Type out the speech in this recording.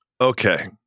Okay